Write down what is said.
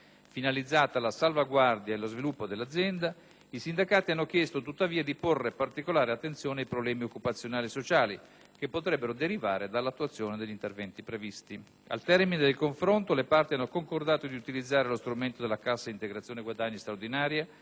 finalizzata alla salvaguardia e allo sviluppo dell'azienda, i sindacati hanno chiesto, tuttavia, di porre particolare attenzione ai problemi occupazionali e sociali che potrebbero derivare dall'attuazione degli interventi previsti. Al termine del confronto, le parti hanno concordato di utilizzare lo strumento della Cassa integrazione guadagni straordinaria